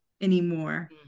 anymore